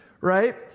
right